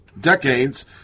decades